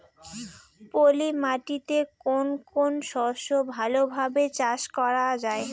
পলি মাটিতে কোন কোন শস্য ভালোভাবে চাষ করা য়ায়?